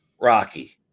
rocky